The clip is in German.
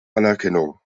anerkennung